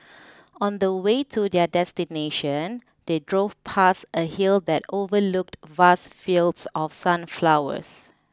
on the way to their destination they drove past a hill that overlooked vast fields of sunflowers